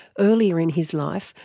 earlier in his life,